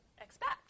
expect